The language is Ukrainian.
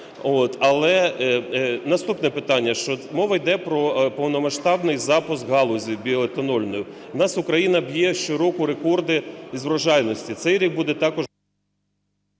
але… Наступне питання, що мова йде про повномасштабний запуск галузі біоетанольної. В нас Україна б'є широко рекорди з врожайності. Цей рік буде також…